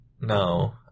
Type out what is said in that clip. No